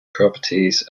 properties